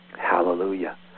Hallelujah